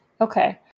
Okay